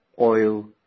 oil